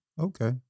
Okay